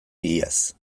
iaz